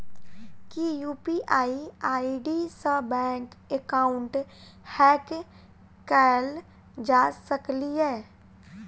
की UPI ID सऽ bank account hack कैल जा सकलिये?